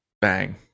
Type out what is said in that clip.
Bang